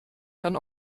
kann